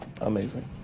Amazing